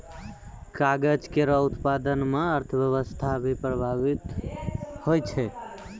कागज केरो उत्पादन म अर्थव्यवस्था भी प्रभावित होय छै